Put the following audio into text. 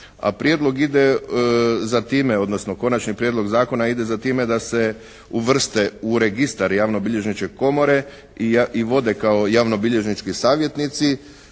a prijedlog ide za time, odnosno konačni prijedlog zakona ide za time da se uvrste u registar javnobilježničke komore i vode kao javnobilježnički savjetnici